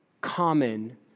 common